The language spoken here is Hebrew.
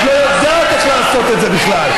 את לא יודעת איך לעשות את זה בכלל.